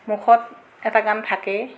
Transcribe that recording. মুখত এটা গান থাকেই